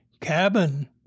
Cabin